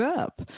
up